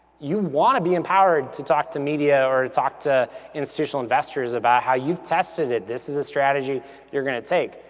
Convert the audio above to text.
you wanna be empowered to talk to media or to talk to institutional investors about how you've tested it, this is a strategy you're gonna take,